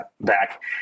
back